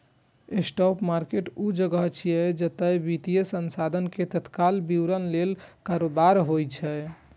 spot market ऊ जगह छियै, जतय वित्तीय साधन के तत्काल वितरण लेल कारोबार होइ छै